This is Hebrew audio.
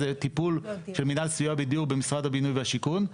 זה טיפול של מינהל סיוע בדיור במשרד הבינוי והשיכון,